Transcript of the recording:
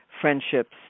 Friendships